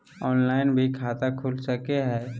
Online भी खाता खूल सके हय?